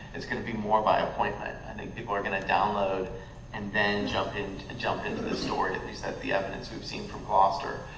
it's going to be more by appointment. i think people are going to download and then jump into jump into the story, at least that's the evidence we've seen from gloucester.